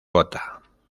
gotha